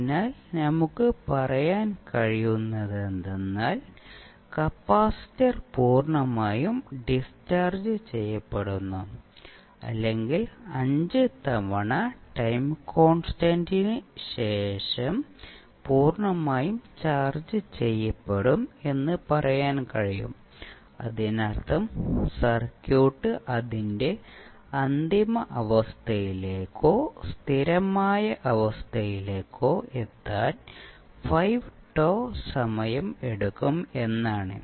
അതിനാൽ നമുക്ക് പറയാൻ കഴിയുന്നതെന്തെന്നാൽ കപ്പാസിറ്റർ പൂർണ്ണമായും ഡിസ്ചാർജ് ചെയ്യപ്പെടുന്നു അല്ലെങ്കിൽ 5 തവണ ടൈം കോൺസ്റ്റന്റ് ശേഷം പൂർണ്ണമായും ചാർജ്ജ് ചെയ്യപ്പെടും എന്ന് പറയാൻ കഴിയും അതിനർത്ഥം സർക്യൂട്ട് അതിന്റെ അന്തിമ അവസ്ഥയിലേക്കോ സ്ഥിരമായ അവസ്ഥയിലേക്കോ എത്താൻ 5τ സമയം എടുക്കും എന്നാണ്